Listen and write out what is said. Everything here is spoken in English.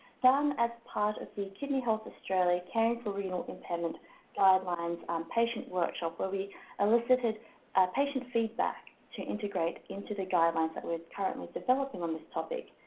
some as part of the kidney health australia caring for renal impairment guildelines patient workshop, where we elicited patient feedback to integrate into the guidelines that we are currently developing on this topic,